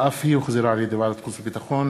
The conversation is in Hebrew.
שאף היא הוחזרה על-ידי ועדת החוץ והביטחון,